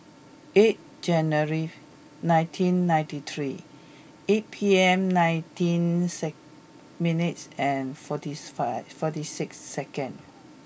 eighth January nineteen ninety three eight P M nineteen six minutes and fortieth five forty six seconds